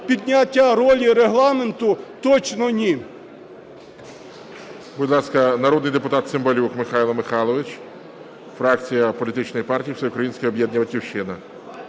підняття ролі Регламенту? Точно ні.